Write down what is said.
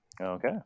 Okay